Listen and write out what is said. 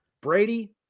Brady